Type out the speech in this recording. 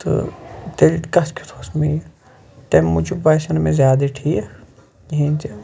تہٕ تیٚلہِ کَتھ کیُتھ اوس مےٚ یہِ تَمہِ موٗجوٗب باسیٚو نہٕ مےٚ زیادٕ ٹھیٖک کِہیٖنۍ تہِ